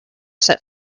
set